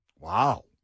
Wow